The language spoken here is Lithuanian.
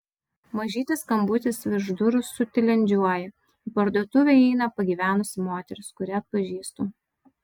mažytis skambutis virš durų sutilindžiuoja į parduotuvę įeina pagyvenusi moteris kurią atpažįstu